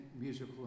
musical